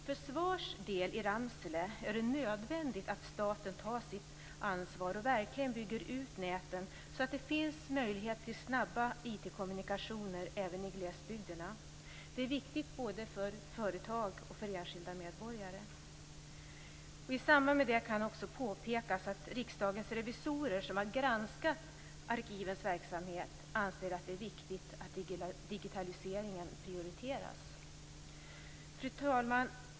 För SVAR:s del i Ramsele är det nödvändigt att staten tar sitt ansvar och verkligen bygger ut näten, så att det finns möjligheter till snabba IT kommunikationer även i glesbygderna. Det är viktigt både för företag och för enskilda medborgare. I samband med det kan också påpekas att Riksdagens revisorer, som har granskat arkivens verksamhet, anser att det är viktigt att digitaliseringen prioriteras. Fru talman!